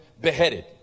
beheaded